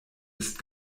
ist